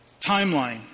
Timeline